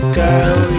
girl